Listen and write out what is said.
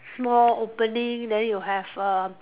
small opening then you have err